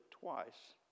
twice